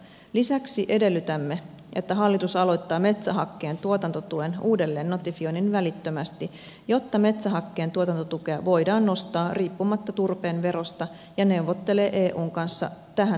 lisäksi edellytämme että hallitus aloittaa metsähakkeen tuotantotuen uudelleennotifioinnin välittömästi jotta metsähakkeen tuotantotukea voidaan nostaa riippumatta turpeen verosta ja neuvottelee eun kanssa tähän tarvittavat muutokset